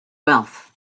wealth